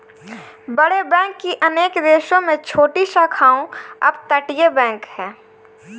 बड़े बैंक की अनेक देशों में छोटी शाखाओं अपतटीय बैंक है